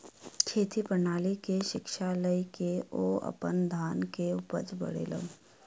खेती प्रणाली के शिक्षा लय के ओ अपन धान के उपज बढ़ौलैन